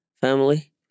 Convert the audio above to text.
family